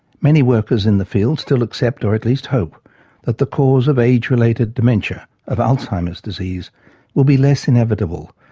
many workers in the field still accept or at least hope that the cause of age-related dementia of alzheimer's disease will be less inevitable,